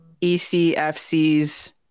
ECFC's